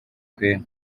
kwe